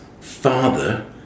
father